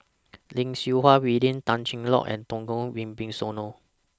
Lim Siew Wai William Tan Cheng Lock and Djoko Wibisono